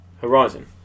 Horizon